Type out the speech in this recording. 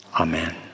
Amen